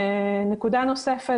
נקודה נוספת.